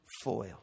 foil